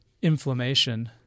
inflammation